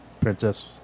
princess